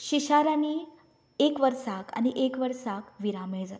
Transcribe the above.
शिशाराणी एक वर्साक आनी एक वर्सा विरांमेळ जाता